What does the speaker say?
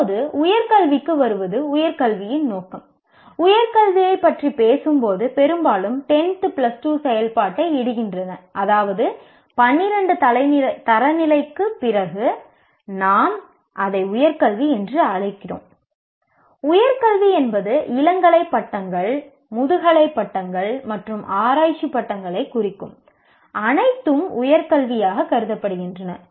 இப்போது உயர் கல்விக்கு வருவது உயர் கல்வியின் நோக்கம் உயர்கல்வியைப் பற்றி பேசும்போது பெரும்பாலும் 10 பிளஸ் 2 செயல்பாட்டை இடுகின்றன அதாவது 12 தரநிலைக்குப் பிறகு நாம் அதை உயர் கல்வி என்று அழைக்கிறோம் உயர் கல்வி என்பது இளங்கலை பட்டங்கள் முதுகலை பட்டங்கள் மற்றும் ஆராய்ச்சி பட்டங்களை குறிக்கும் அனைத்தும் உயர் கல்வியாக கருதப்படுகின்றன